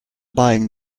buying